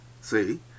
See